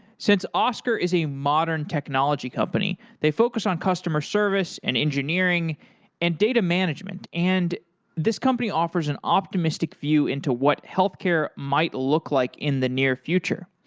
since oscar is a modern technology company, they focus on customer service and engineering and data management, and this company offers an optimistic view into what healthcare might look like in the near future.